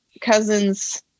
cousin's